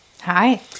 Hi